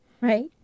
right